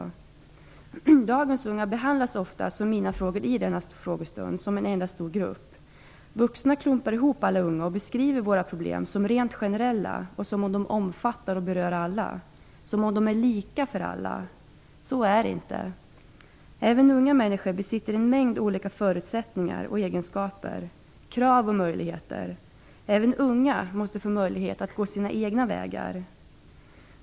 Dagens unga behandlas ofta som mina frågor i denna frågestund -- i en enda stor grupp. Vuxna klumpar ihop alla unga och beskriver våra problem som rent generella och som om de omfattar och berör alla och är lika för alla. Så är det inte. Även unga människor besitter en mängd olika förutsättningar och egenskaper. De har olika krav och möjligheter. Även unga måste få möjlighet att gå sina egna vägar.